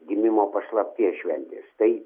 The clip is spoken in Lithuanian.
gimimo paslapties šventės tai